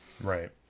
Right